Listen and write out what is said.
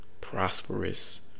Prosperous